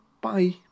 Bye